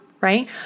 right